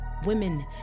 women